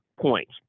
points